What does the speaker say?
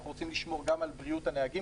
אנחנו רוצים לשמור גם על בריאות הנהגים,